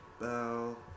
Bell